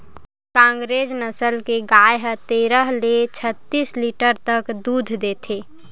कांकरेज नसल के गाय ह तेरह ले छत्तीस लीटर तक दूद देथे